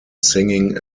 singing